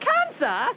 Cancer